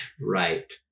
Right